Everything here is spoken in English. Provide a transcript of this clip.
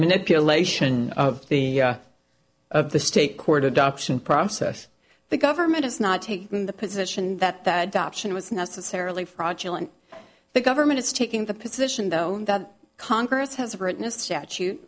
manipulation of the of the state court adoption process the government has not taken the position that it was necessarily fraudulent the government is taking the position though that congress has written a statute